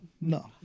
No